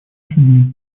людьми